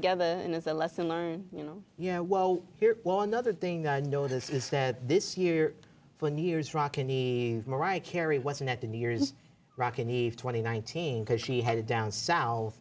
together and it's a lesson learned you know yeah well one other thing i notice is that this year for new year's rockin the mariah carey wasn't at the new year's rockin eve twenty nineteen because she had it down south